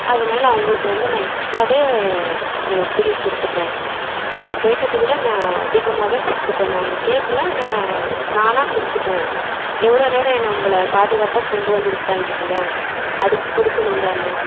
அதனால அவங்களுக்கு வந்து நான் எக்ஸ்ட்ராவே பில் கொடுத்துட்டேன் அவங்க கேட்டதை விட நான் அதிகமாகவே கொடுத்துட்டேன் நான் அவங்க கேட்கல ஆனால் நா நானாக கொடுத்துட்டேன் எவ்வளோ நேரம் நம்மள பாதுகாப்பாக கொண்டு வந்து விட்டாங்கள் இல்லையா அதுக்கு கொடுக்குணும் தானே